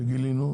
שגילינו,